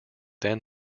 then